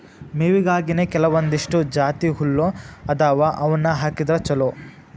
ಮೇವಿಗಾಗಿನೇ ಕೆಲವಂದಿಷ್ಟು ಜಾತಿಹುಲ್ಲ ಅದಾವ ಅವ್ನಾ ಹಾಕಿದ್ರ ಚಲೋ